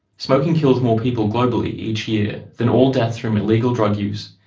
smoking kills more people globally each year than all deaths from illegal drug use,